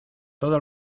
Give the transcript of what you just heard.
todo